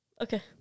Okay